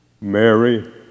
Mary